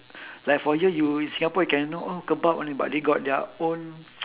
like for here you in singapore you can know oh kebab only but they got their own